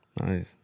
Nice